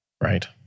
Right